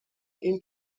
این